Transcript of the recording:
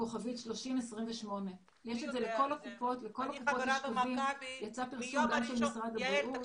כוכבית 3028. יש את זה לכל הקופות ויצא גם פרסום של משרד הבריאות.